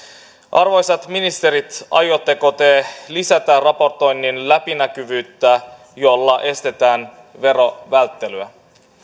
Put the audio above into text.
arvoisat ministerit aiotteko te lisätä raportoinnin läpinäkyvyyttä jolla estetään verovälttelyä